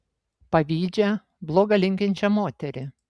pavydžią bloga linkinčią moterį